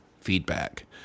feedback